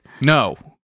No